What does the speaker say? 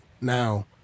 Now